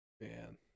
man